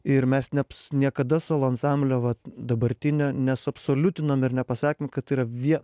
ir mes neaps niekada solo ansamblio vat dabartinio nesuabsoliutinom ir ne nepasakėm kad tai yra vien